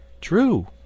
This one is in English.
True